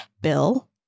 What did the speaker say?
bill